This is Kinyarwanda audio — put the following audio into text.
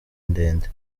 ndende